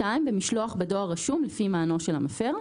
במשלוח בדואר רשום לפי מענו של המפר.